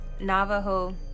navajo